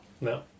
No